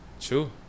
True